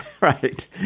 right